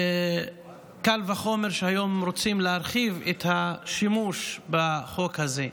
קל וחומר שהיום רוצים להרחיב את השימוש בחוק הזה.